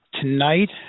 Tonight